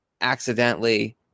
accidentally